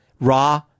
Raw